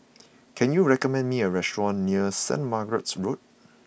can you recommend me a restaurant near Saint Margaret's Road